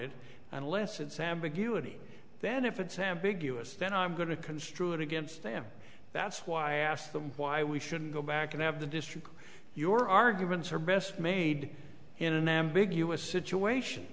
it unless it's ambiguity then if it's sam big us then i'm going to construe it against them that's why i asked them why we shouldn't go back and have the district your arguments are best made in an ambiguous situation